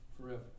forever